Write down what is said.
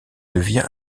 devient